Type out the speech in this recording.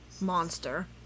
monster